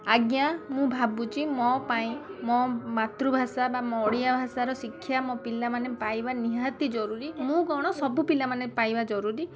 ଆଜ୍ଞା ମୁଁ ଭାବୁଛି ମୋ ପାଇଁ ମୋ ମାତୃଭାଷା ବା ମୋ ଓଡ଼ିଆ ଭାଷାର ଶିକ୍ଷା ମୋ ପିଲାମାନେ ପାଇବା ନିହାତି ଜରୁରୀ ମୁଁ କ'ଣ ସବୁ ପିଲାମାନେ ପାଇବା ଜରୁରୀ